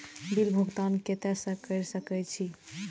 Bill भुगतान केते से कर सके छी?